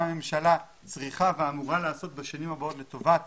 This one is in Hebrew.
מה הממשלה צריכה ואמורה לעשות לטובת